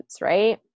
right